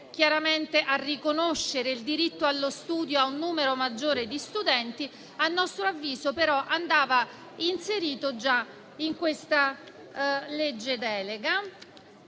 riuscire a riconoscere il diritto allo studio a un numero maggiore di studenti. A nostro avviso, però, andava inserito già nella legge delega.